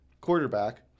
Quarterback